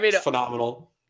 phenomenal